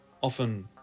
often